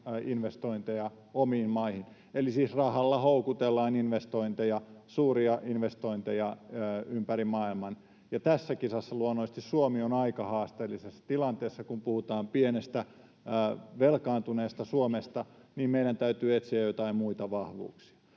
investointeja omiin maihin. Eli siis rahalla houkutellaan investointeja, suuria investointeja, ympäri maailman, ja tässä kisassa luonnollisesti Suomi on aika haasteellisessa tilanteessa, kun puhutaan pienestä, velkaantuneesta Suomesta. Meidän täytyy etsiä joitain muita vahvuuksia.